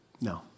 No